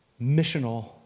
missional